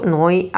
noi